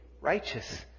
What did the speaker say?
righteous